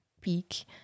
peak